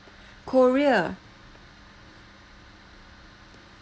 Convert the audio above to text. korea